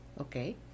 Okay